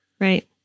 right